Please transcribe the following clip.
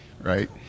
right